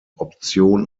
option